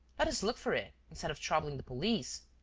let us look for it, instead of troubling the police.